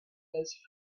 his